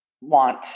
want